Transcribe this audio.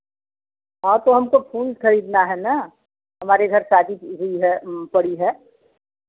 हाँ तो हमको फूल खरीदना है ना हमारे घर शादी हुई है पड़ी है